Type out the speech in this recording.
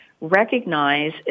recognize